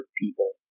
people